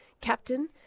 captain